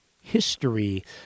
History